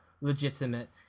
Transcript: legitimate